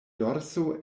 dorso